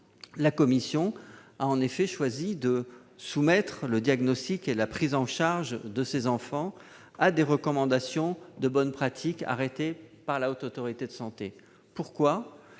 la commission a choisi de soumettre le diagnostic et la prise en charge de ces enfants à des recommandations de bonnes pratiques arrêtées par la Haute Autorité de santé. Pourquoi ?